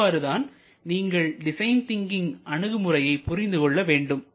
இவ்வாறுதான் நீங்கள் design thinking அணுகுமுறையை புரிந்து கொள்ள வேண்டும்